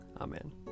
Amen